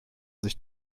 sich